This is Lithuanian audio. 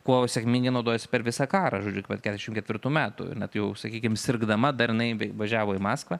kuo sėkmingai naudojosi per visą karą žodžiu iki pat keturiasdešimt ketvirtų metų ir net jau sakykim sirgdama dar jinai važiavo į maskvą